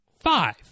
five